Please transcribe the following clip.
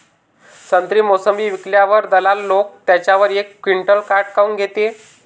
संत्रे, मोसंबी विकल्यावर दलाल लोकं त्याच्यावर एक क्विंटल काट काऊन घेते?